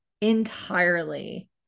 entirely